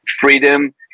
freedom